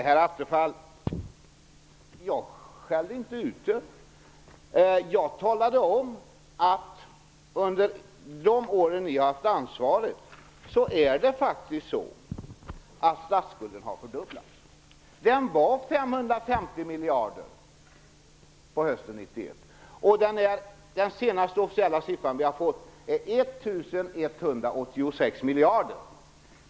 Herr talman! Jag skällde inte ut er, Stefan Attefall! Jag sade bara att det faktiskt är så att statsskulden har fördubblats under de år som ni haft ansvaret. Statsskulden uppgick till 550 miljarder kronor hösten 1991. Enligt den senaste officiella siffran uppgår statsskulden nu till 1 186 miljarder kronor.